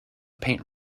paint